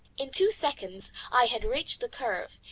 in two seconds i had reached the curve,